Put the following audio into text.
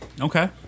Okay